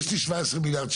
אני הייתי שם בסיור,